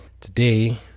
Today